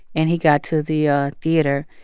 and he got to the ah theater,